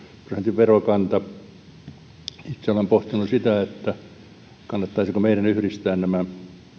verokanta itse olen pohtinut sitä kannattaisiko meidän yhdistää nämä